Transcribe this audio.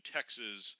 Texas